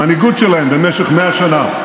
המנהיגות שלהם במשך 100 שנה,